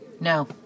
No